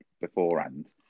beforehand